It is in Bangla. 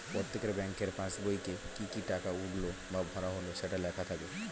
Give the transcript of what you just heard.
প্রত্যেকের ব্যাংকের পাসবইতে কি কি টাকা উঠলো বা ভরা হলো সেটা লেখা থাকে